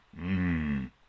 mmm